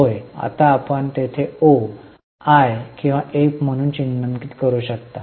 होय आता आपण ते ओ मी किंवा एफ म्हणून चिन्हांकित करू इच्छितो